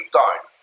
time